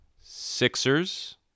Sixers